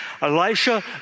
Elisha